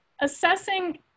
assessing